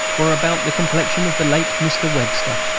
were about the complexion of the late mr. webster.